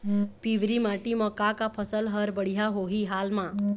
पिवरी माटी म का का फसल हर बढ़िया होही हाल मा?